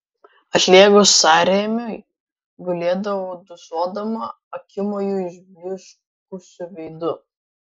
atlėgus sąrėmiui gulėdavo dūsuodama akimoju išblyškusiu veidu